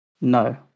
No